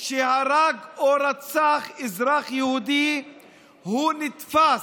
שהרג או רצח אזרח יהודי נתפס,